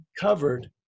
covered